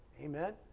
amen